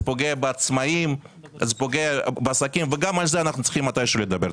פוגע בעצמאים וגם על זה מתי שהוא אנחנו צריכים לדבר.